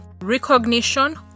Recognition